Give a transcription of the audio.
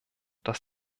dass